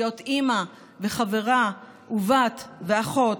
להיות אימא וחברה ובת ואחות,